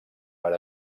per